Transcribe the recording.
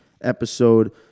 episode